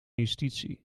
justitie